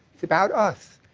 it's about us.